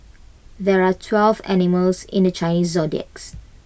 there are twelve animals in the Chinese zodiacs